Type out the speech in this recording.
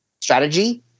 strategy